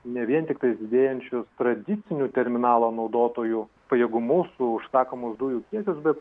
ne vien tiktais didėjančius tradicinių terminalo naudotojų pajėgumus su užsakomų dujų kiekius bet